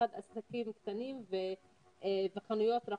במיוחד עסקים קטנים וחנויות רחוב,